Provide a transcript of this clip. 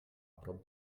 prop